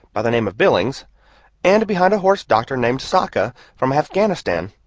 by the name of billings and behind a horse-doctor named sakka, from afghanistan.